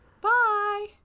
Bye